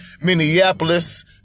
Minneapolis